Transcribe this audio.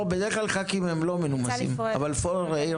בדרך כלל חברי כנסת הם לא מנומסים אבל פורר העיר